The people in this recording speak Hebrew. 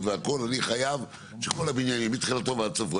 והכל אני חייב שכל הבניין יהיה מתחילתו ועד סופו.